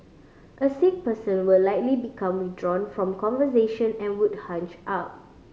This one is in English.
a sick person will likely become withdrawn from conversation and would hunch up